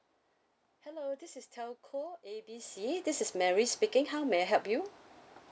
hello this is telco A B C this is mary speaking how may I help you